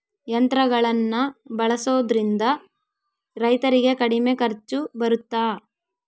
ಯಂತ್ರಗಳನ್ನ ಬಳಸೊದ್ರಿಂದ ರೈತರಿಗೆ ಕಡಿಮೆ ಖರ್ಚು ಬರುತ್ತಾ?